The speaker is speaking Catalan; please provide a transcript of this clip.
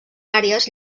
àrees